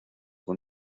con